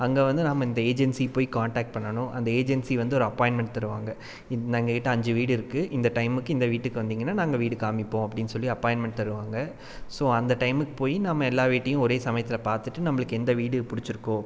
அங்கே வந்து நாம இந்த ஏஜென்சிக்கு போய் காண்டெக்ட் பண்ணணும் அந்த ஏஜென்சி வந்து ஒரு அப்பாயின்மென்ட் தருவாங்க எங்கள்கிட்ட அஞ்சு வீடு இருக்குது இந்த டைமுக்கு இந்த வீட்டுக்கு வந்திங்கனா நாங்கள் வீடு காமிப்போம் அப்படின்னு சொல்லி அப்பாயின்மென்ட் தருவாங்க ஸோ அந்த டைமுக்கு போய் நாம எல்லா வீட்டையும் ஒரே சமயத்தில் பார்த்துட்டு நம்மளுக்கு எந்த வீடு பிடுச்சிருக்கோ